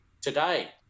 today